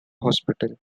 hospital